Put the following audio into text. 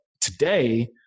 today